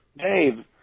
Dave